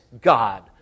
God